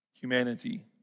Humanity